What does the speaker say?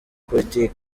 politiki